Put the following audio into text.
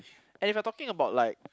and if you are talking about like